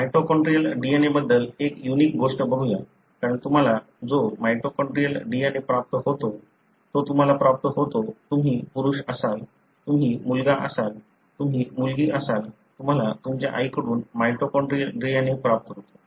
mitochondrial DNA बद्दल एक unique गोष्ट बघूया कारण तुम्हाला जो माइटोकॉन्ड्रियल DNA प्राप्त होतो तो तुम्हाला प्राप्त होतो तुम्ही पुरुष असाल तुम्ही मुलगा असाल तुम्ही मुलगी असाल तुम्हाला तुमच्या आईकडून माइटोकॉन्ड्रियल DNA प्राप्त होतो